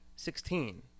Sixteen